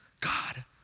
God